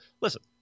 Listen